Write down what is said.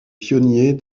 pionniers